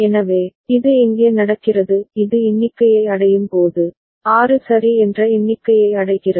எனவே இது எங்கே நடக்கிறது இது எண்ணிக்கையை அடையும் போது 6 சரி என்ற எண்ணிக்கையை அடைகிறது